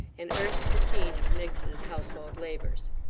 and erst the scene of miggs's household labours.